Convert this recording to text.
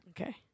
okay